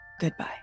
Goodbye